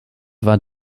war